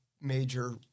major